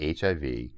hiv